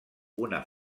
una